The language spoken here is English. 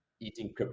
Eating